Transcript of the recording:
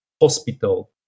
hospital